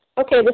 Okay